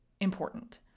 important